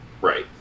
Right